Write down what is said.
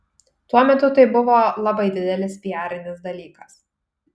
tuo metu tai buvo labai didelis piarinis dalykas